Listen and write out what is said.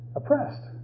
oppressed